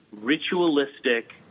ritualistic